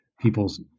people's